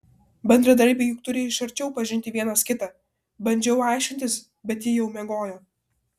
bendradarbiai juk turi iš arčiau pažinti vienas kitą bandžiau aiškintis bet ji jau miegojo